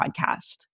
podcast